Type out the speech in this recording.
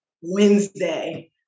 Wednesday